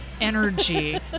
energy